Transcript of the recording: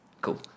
Cool